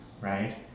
right